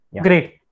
great